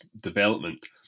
development